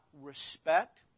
respect